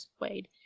Wade